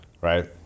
Right